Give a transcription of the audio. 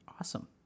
Awesome